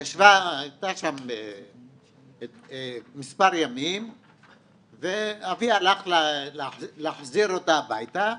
היא הייתה שם מספר ימים ואבי הלך להחזיר אותה הביתה,